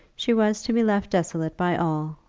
she was to be left desolate by all,